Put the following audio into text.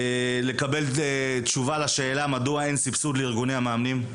לקבל תשובה לשאלה מדוע אין סיבסוד לארגוני המאמנים.